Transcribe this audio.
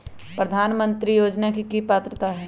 प्रधानमंत्री योजना के की की पात्रता है?